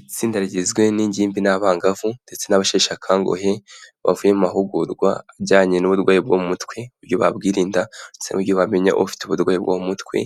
Itsinda rigizwe n'ingimbi n'abangavu ndetse n'abasheshekanguhe, bavuye mu mahugurwa ajyanye n'uburwayi bwo mu mutwe, uburyo babwirinda, ndetse bamenya ufite uburwayi bwo mu mutwe,